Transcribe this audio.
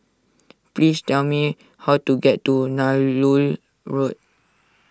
please tell me how to get to Nallur Road